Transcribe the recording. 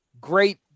great